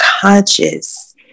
conscious